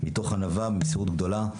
מתוך ענווה ומסירות גדולה.